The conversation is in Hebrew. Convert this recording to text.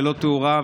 ללא תאורה,